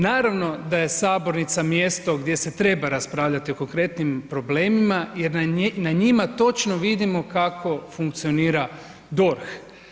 Naravno da je sabornica mjesto gdje se treba raspravljati o konkretnim problemima jer na njima točno vidimo kako funkcionira DORH.